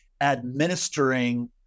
administering